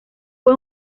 fue